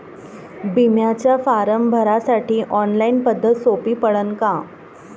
बिम्याचा फारम भरासाठी ऑनलाईन पद्धत सोपी पडन का?